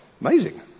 Amazing